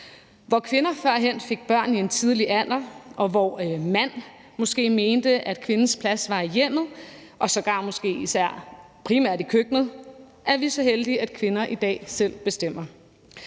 Hvor kvinder førhen fik børn i en tidlig alder, og hvor en mand måske mente, at kvindens plads var i hjemmet og sågar måske især primært i køkkenet, er vi så heldige, at kvinder i dag selv bestemmer.